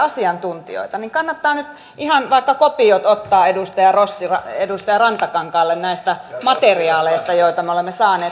kannattaa nyt ihan vaikka kopiot ottaa edustaja rossi edustaja rantakankaalle näistä materiaaleista joita me olemme saaneet